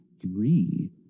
three